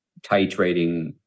titrating